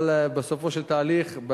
אבל בסופו של תהליך,